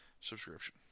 subscription